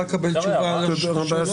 אפשר לקבל תשובה על השאלות שלי?